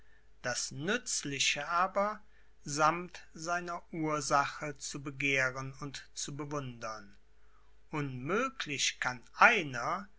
das nützliche aber sammt seiner ursache zu begehren und zu bewundern unmöglich kann einer